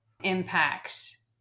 impacts